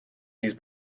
these